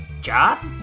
job